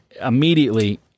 immediately